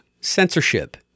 Censorship